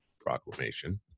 proclamation